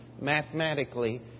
mathematically